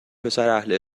پسراهل